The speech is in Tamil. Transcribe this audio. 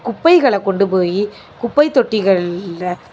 குப்பைகளை கொண்டு போய் குப்பை தொட்டிகளில்